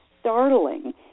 startling